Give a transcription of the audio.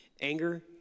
anger